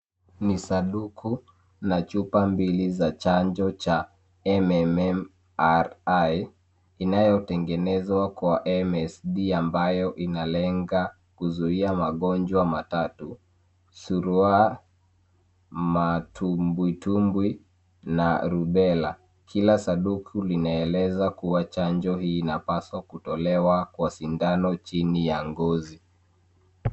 Ni sanduku na chupa mbili za chanjo cha MMM-RI inayotengenezwa kwa MSG ambayo inalenga kuzuia magonjwa matatu; surua, matumbwi tumbwi na rubela. Kila sanduku linaeleza kuwa chanjo hii inapaswa kutolewa kwa sindano chini ya ngozi.